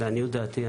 לעניות דעתי.